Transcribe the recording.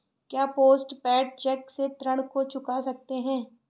क्या post paid cheque से ऋण को चुका सकते हैं?